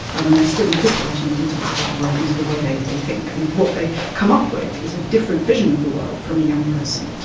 um and they are still incorporating the details about the world into the way they they think, and what they come up with is a different division of the world from a young person.